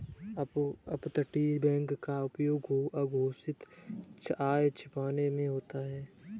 अपतटीय बैंक का उपयोग अघोषित आय छिपाने में होता है